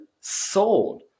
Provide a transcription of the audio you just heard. sold